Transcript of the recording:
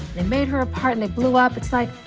they made her a part, and they blew up. it's like,